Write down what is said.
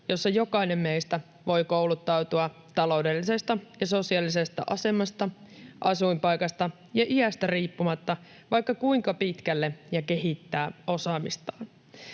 jossa jokainen meistä voi kouluttautua taloudellisesta ja sosiaalisesta asemasta, asuinpaikasta ja iästä riippumatta vaikka kuinka pitkälle ja kehittää osaamistaan.